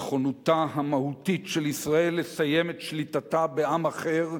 נכונותה המהותית של ישראל לסיים את שליטתה בעם אחר,